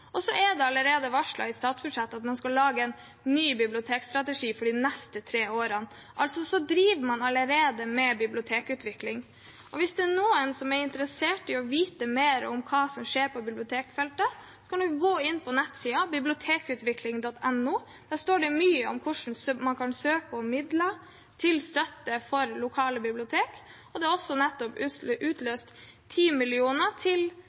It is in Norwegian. er også allerede varslet i statsbudsjettet at man skal lage en ny bibliotekstrategi for de neste tre årene. Så man driver allerede med bibliotekutvikling. Hvis det er noen som er interessert i å få vite mer om hva som skjer på bibliotekfeltet, kan man gå inn på nettsiden bibliotekutvikling.no. Der står det mye om hvordan man kan søke om midler til støtte for lokale bibliotek. Det er også nettopp utløst 10 mill. kr til